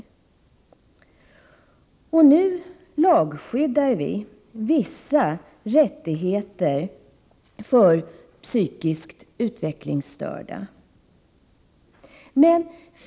Nu lagskyddar vi vissa rättigheter för psykiskt utvecklingsstörda.